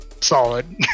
solid